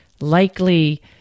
likely